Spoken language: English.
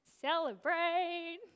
Celebrate